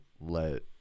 let